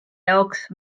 jaoks